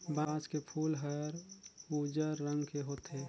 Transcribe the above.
बांस के फूल हर उजर रंग के होथे